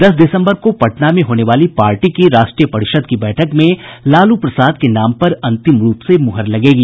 दस दिसम्बर को पटना में होने वाली पार्टी की राष्ट्रीय परिषद् की बैठक में लालू प्रसाद के नाम पर अंतिम रूप से मुहर लगेगी